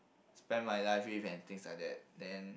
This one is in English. spend my life with and things like that then